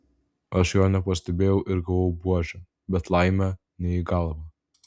aš jo nepastebėjau ir gavau buože bet laimė ne į galvą